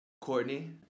Courtney